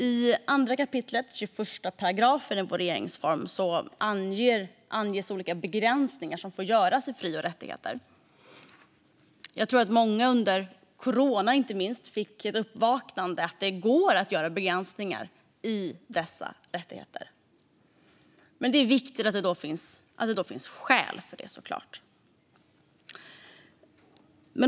I 2 kap. 21 § i vår regeringsform anges olika begränsningar som får göras i fri och rättigheter. Jag tror att många inte minst under coronapandemin fick ett uppvaknande om att det går att göra begränsningar i dessa rättigheter. Men det är såklart viktigt att det finns skäl för det.